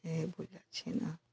ए